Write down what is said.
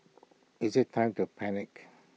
is IT time to panic